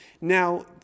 Now